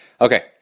Okay